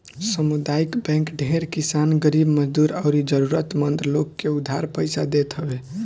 सामुदायिक बैंक ढेर किसान, गरीब मजदूर अउरी जरुरत मंद लोग के उधार पईसा देत हवे